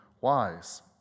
wise